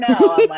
No